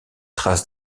traces